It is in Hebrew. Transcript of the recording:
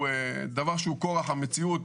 הוא דבר שהוא כורח המציאות,